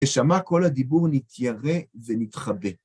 ששמע כל הדיבור נתיירא ונתחבא.